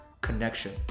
connection